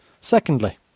Secondly